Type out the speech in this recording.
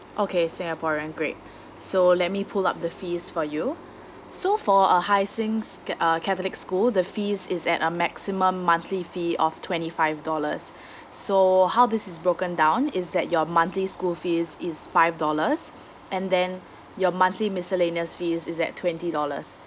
okay singaporean great so let me pull up the fees for you so for uh hai sing cat~ uh catholic school the fees is at a maximum monthly fee of twenty five dollars so how this is broken down is that your monthly school fees is five dollars and then your monthly miscellaneous fees is at twenty dollars